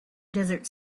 desert